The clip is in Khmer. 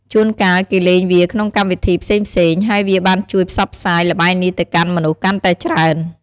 ជួនកាលគេលេងវាក្នុងកម្មវិធីផ្សេងៗ ហើយវាបានជួយផ្សព្វផ្សាយល្បែងនេះទៅកាន់មនុស្សកាន់តែច្រើន។